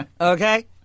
Okay